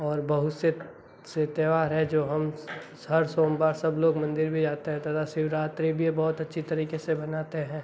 और बहुत से से त्यौहार हैं जो हम हर सोमवार सब लोग मंदिर भी जाते हैं तथा शिवरात्रि भी बहुत अच्छी तरीके से मनाते हैं